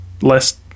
less